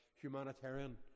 humanitarian